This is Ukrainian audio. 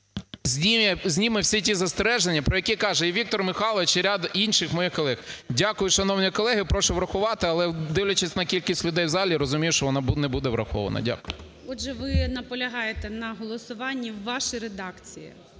зніме всі ті застереження, про які каже і Віктор Михайлович, і ряд інших моїх колег. Дякую, шановні колеги. Прошу врахувати. Але, дивлячись на кількість людей в залі, розумію, що вона не буде врахована. Дякую. ГОЛОВУЮЧИЙ. Отже, ви наполягаєте на голосуванні в вашій редакції.